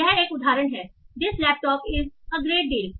यह एक उदाहरण है this laptop is a great deal